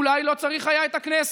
אולי לא צריך היה את הכנסת.